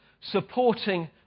supporting